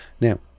Now